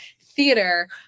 theater